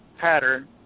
pattern